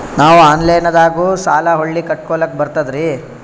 ನಾವು ಆನಲೈನದಾಗು ಸಾಲ ಹೊಳ್ಳಿ ಕಟ್ಕೋಲಕ್ಕ ಬರ್ತದ್ರಿ?